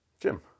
Jim